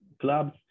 clubs